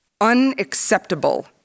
unacceptable